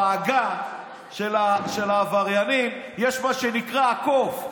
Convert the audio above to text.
בעגה של העבריינים יש מה שנקרא "הקוף",